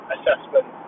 Assessment